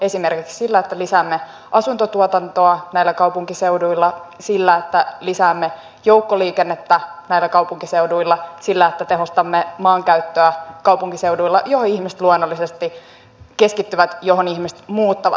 esimerkiksi sillä että lisäämme asuntotuotantoa näillä kaupunkiseuduilla sillä että lisäämme joukkoliikennettä näillä kaupunkiseuduilla sillä että tehostamme maankäyttöä kaupunkiseuduilla joihin ihmiset luonnollisesti keskittyvät joihin ihmiset muuttavat